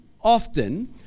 often